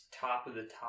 top-of-the-top